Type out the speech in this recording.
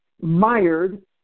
mired